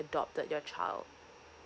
adopted your child